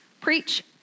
Preach